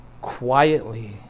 quietly